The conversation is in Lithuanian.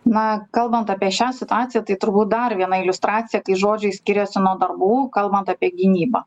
na kalbant apie šią situaciją tai turbūt dar viena iliustracija kai žodžiai skiriasi nuo darbų kalbant apie gynybą